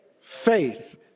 faith